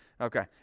okay